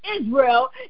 Israel